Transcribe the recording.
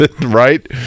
right